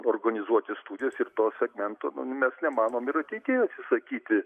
organizuoti studijas ir to segmento mes nemanom ir ateityje sakyti